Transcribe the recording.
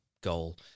goal